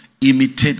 Imitate